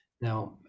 now